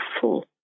full